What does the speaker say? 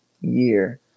year